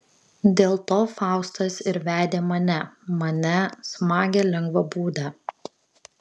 dėl to faustas ir vedė mane mane smagią lengvabūdę